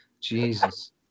Jesus